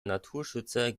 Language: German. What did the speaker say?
naturschützer